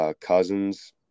Cousins